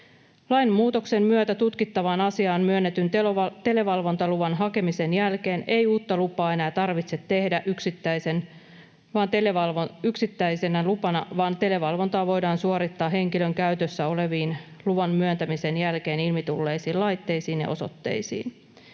Lainmuutoksen myötä tutkittavaan asiaan myönnetyn televalvontaluvan hakemisen jälkeen ei uutta lupaa enää tarvitse tehdä yksittäisenä lupana, vaan televalvontaa voidaan suorittaa henkilön käytössä oleviin, luvan myöntämisen jälkeen ilmitulleisiin laitteisiin ja osoitteisiin.